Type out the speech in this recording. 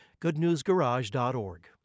goodnewsgarage.org